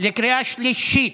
לקריאה שלישית.